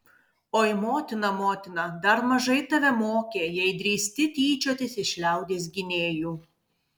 oi motina motina dar mažai tave mokė jei drįsti tyčiotis iš liaudies gynėjų